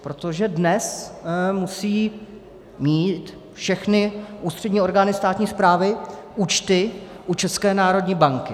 Protože dnes musí mít všechny ústřední orgány státní správy účty u České národní banky.